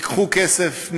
ייקחו כסף.